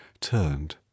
turned